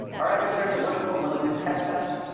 our adversaries are much more willing to test us,